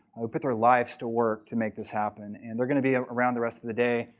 who put their lives to work to make this happen. and they're going to be ah around the rest of the day.